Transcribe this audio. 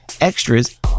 extras